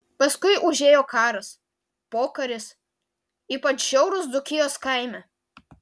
paskui užėjo karas pokaris ypač žiaurūs dzūkijos kaime